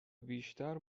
بیشتر